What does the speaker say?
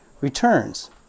returns